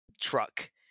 truck